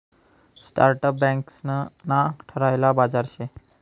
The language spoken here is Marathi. स्टार्टअप बँकंस ना ठरायल बाजार शे